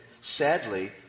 Sadly